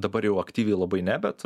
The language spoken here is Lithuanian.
dabar jau aktyviai labai ne bet